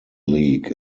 league